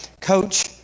coach